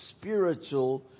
spiritual